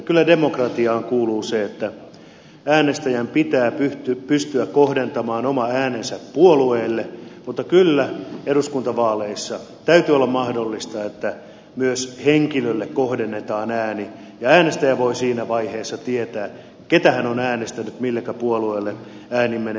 kyllä demokratiaan kuuluu se että äänestäjän pitää pystyä kohdentamaan oma äänensä puolueelle mutta kyllä eduskuntavaaleissa täytyy olla mahdollista että myös henkilölle kohdennetaan ääni ja äänestäjä voi siinä vaiheessa tietää ketä hän on äänestänyt millekä puolueelle ääni menee